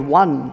one